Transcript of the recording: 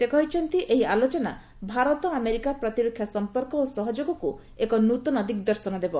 ସେ କହିଛନ୍ତି ଏହି ଆଲୋଚନା ଭାରତ ଆମେରିକା ପ୍ରତିରକ୍ଷା ସମ୍ପର୍କ ଓ ସହଯୋଗକୁ ଏକ ନୂଆ ଦିଗ୍ଦର୍ଶନ ଦେବ